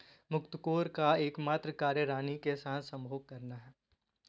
मुकत्कोर का एकमात्र कार्य रानी के साथ संभोग करना है